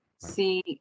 see